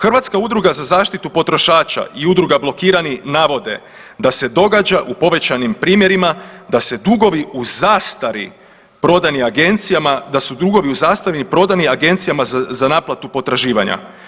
Hrvatska udruga za zaštitu potrošača i Udruga Blokirani navode da se događa u povećanim primjerima da se dugovi u zastari prodani agencijama, da su dugovi u zastari prodani Agencijama za naplatu potraživanja.